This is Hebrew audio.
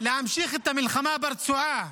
להמשיך את המלחמה ברצועה.